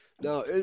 Now